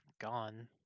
gone